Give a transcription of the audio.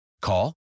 Call